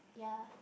ya